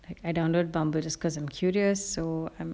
I download bumble just because I'm curious so I'm